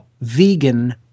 vegan